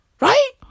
Right